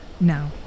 Now